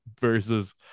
versus